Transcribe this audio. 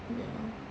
ya